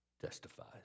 testifies